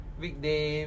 weekday